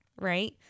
right